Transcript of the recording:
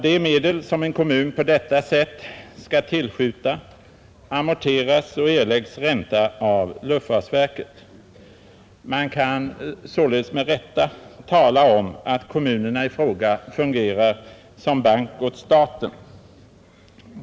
De medel som en kommun på detta sätt skall tillskjuta amorteras av luftfartsverket, som också erlägger ränta. Man kan således med rätta tala om att kommunerna i fråga fungerar som bank åt staten.